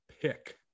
pick